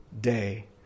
day